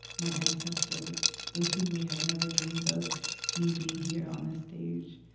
my ancestors, those who may have never dreamed of me being here on this stage.